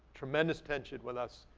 tremendous tension with us,